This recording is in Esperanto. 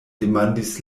demandis